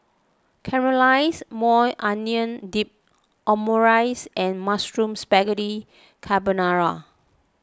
Caramelized Maui Onion Dip Omurice and Mushroom Spaghetti Carbonara